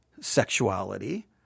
sexuality